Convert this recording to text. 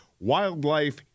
wildlife